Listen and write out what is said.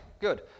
good